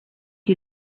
you